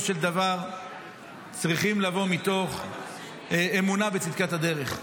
של דבר צריכים לבוא מתוך אמונה בצדקת הדרך,